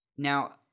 Now